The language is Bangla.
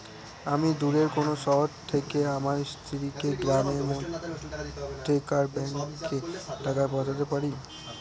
আমি দূরের কোনো শহর থেকে আমার স্ত্রীকে গ্রামের মধ্যেকার ব্যাংকে টাকা পাঠাতে পারি?